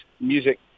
music